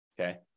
Okay